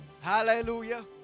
Hallelujah